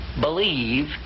believe